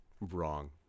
wrong